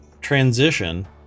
transition